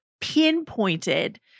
pinpointed